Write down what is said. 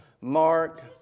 Mark